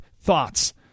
thoughts